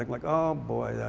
like like, oh boy.